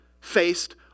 faced